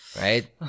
right